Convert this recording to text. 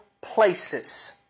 places